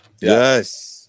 Yes